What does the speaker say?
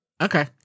Okay